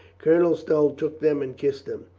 colenel stow took them and kissed them.